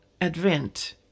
Advent